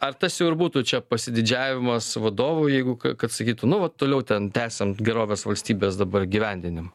ar tas jau ir būtų čia pasididžiavimas vadovu jeigu kad sakytų nu vat toliau ten tęsiant gerovės valstybės dabar įgyvendinimą